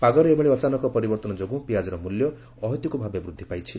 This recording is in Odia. ପାଗରେ ଏଭଳି ଅଚାନକ ପରିବର୍ତ୍ତନ ଯୋଗୁଁ ପିଆଜର ମୂଲ୍ୟ ଅହେତ୍ରକ ଭାବେ ବୃଦ୍ଧି ପାଇଛି